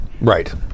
Right